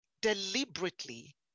deliberately